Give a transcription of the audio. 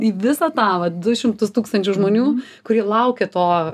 į visą tą va du šimtus tūkstančių žmonių kurie laukia to